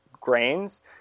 grains